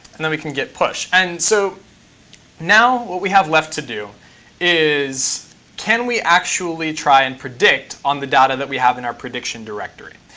and then we can git push. and so now what we have left to do is can we actually try and predict on the data that we have in our prediction directory?